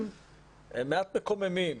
הם מעט מקוממים.